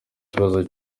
kibazo